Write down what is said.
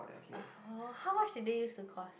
uh how much did that they used to cost